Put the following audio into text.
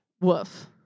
Woof